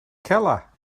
keller